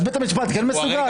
בית המשפט כן מסוגל?